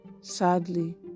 Sadly